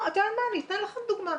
אני אתן לכם עוד דוגמה.